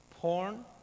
Porn